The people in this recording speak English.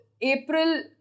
April